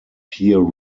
peer